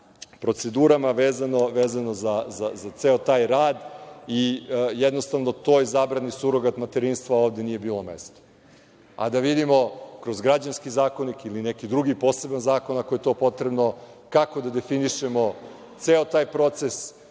procedurama vezano za ceo taj rad i jednostavno toj zabrani surogat materinstva ovde nije bilo mesta. Da vidimo kroz građanski zakonik ili neki drugi poseban zakon, ako je to potrebno, kako da definišemo ceo taj proces,